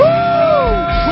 Woo